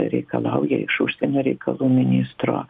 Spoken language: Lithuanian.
reikalauja iš užsienio reikalų ministro